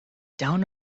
town